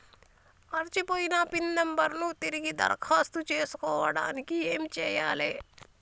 మర్చిపోయిన pin number ను తిరిగి దరఖాస్తు చేసుకోవడానికి ఏమి చేయాలే?